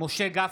משה גפני,